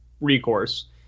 recourse